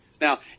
Now